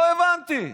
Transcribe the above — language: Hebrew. לא הבנתי,